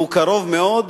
והוא קרוב מאוד,